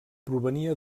provenia